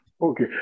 Okay